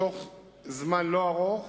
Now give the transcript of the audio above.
בתוך זמן לא ארוך